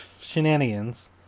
shenanigans